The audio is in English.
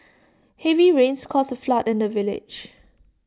heavy rains caused A flood in the village